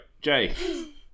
Jay